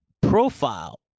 profile